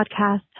podcast